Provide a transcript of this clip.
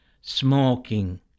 smoking